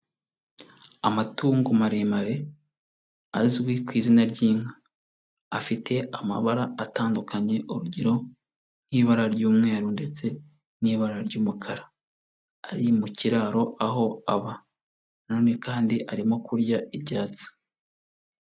Amatungo maremare azwi ku izina ry'inka. Afite amabara atandukanye urugero nk'ibara ry'umweru ndetse n'ibara ry'umukara. Ari mu kiraro aho aba na none kandi arimo kurya ibyatsi.